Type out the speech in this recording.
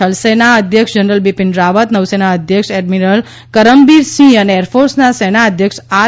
થલસેના અધ્યક્ષ જનરલ બિપિન રાવત નૌસેના અધ્યક્ષ એડમિરલ કરમબીર સિહં અને એરફોર્સના સેના અધ્યક્ષ આર